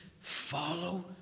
Follow